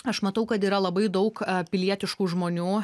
aš matau kad yra labai daug pilietiškų žmonių